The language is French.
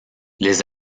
les